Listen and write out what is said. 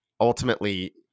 ultimately